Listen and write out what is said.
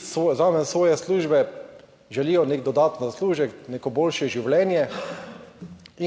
so zraven svoje službe, želijo nek dodaten zaslužek, neko boljše življenje